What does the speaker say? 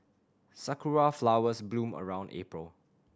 sakura flowers bloom around April